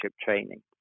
training